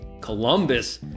Columbus